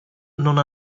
non